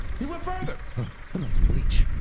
he went further. put on some bleach.